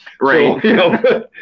Right